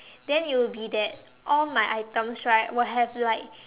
then it will be that all my items right will have like